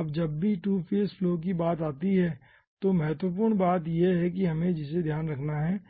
अब जब भी 2 फेज़ फ्लो की बात आती है तो महत्वपूर्ण बात यह है कि हमें जिसे ध्यान रखने की आवश्यकता है